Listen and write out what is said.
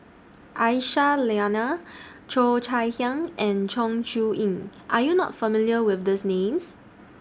Aisyah Lyana Cheo Chai Hiang and Chong Siew Ying Are YOU not familiar with These Names